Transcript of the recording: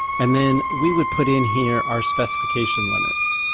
and then we would put in here our specification limits.